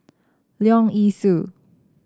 Leong Yee Soo